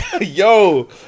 yo